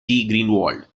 greenwald